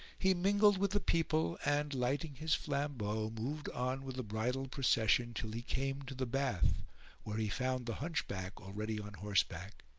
he mingled with the people and, lighting his flambeau, moved on with the bridal procession till he came to the bath where he found the hunchback already on horseback.